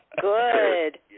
Good